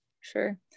sure